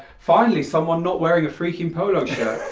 finally someone not wearing a freaking polo